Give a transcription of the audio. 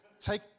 Take